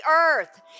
earth